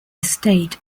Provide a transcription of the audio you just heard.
estate